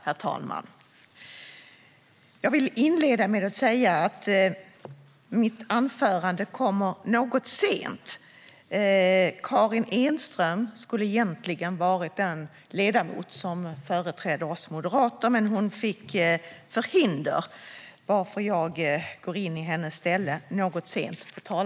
Herr talman! Jag vill inleda med att säga att mitt anförande kommer något sent på talarlistan, eftersom Karin Enström, som skulle ha företrätt oss moderater, fick förhinder.